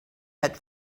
had